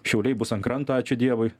šiauliai bus ant kranto ačiū dievui